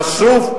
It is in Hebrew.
חושד,